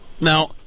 Now